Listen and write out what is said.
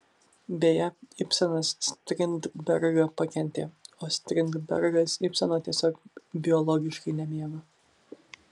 beje ibsenas strindbergą pakentė o strindbergas ibseno tiesiog biologiškai nemėgo